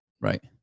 Right